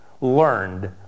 learned